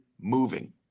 moving